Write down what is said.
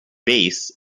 bass